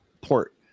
port